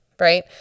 right